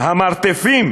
המרתפים